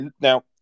Now